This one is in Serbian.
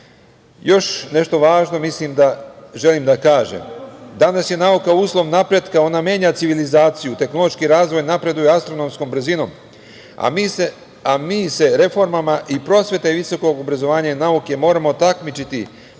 nešto važno želim da kažem. Danas je nauka uslov napretka, ona menja civilizaciju, tehnološki razvoj napreduje astronomskom brzinom, a mi se reformama i prosvete i visokog obrazovanja i nauke moramo takmičiti sa